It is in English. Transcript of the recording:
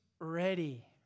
ready